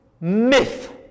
myth